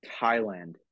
Thailand